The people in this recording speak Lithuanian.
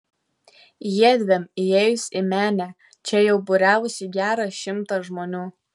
jiedviem įėjus į menę čia jau būriavosi geras šimtas žmonių